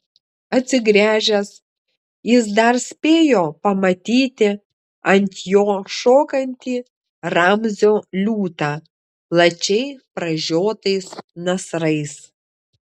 atsigręžęs jis dar spėjo pamatyti ant jo šokantį ramzio liūtą plačiai pražiotais nasrais